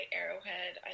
arrowhead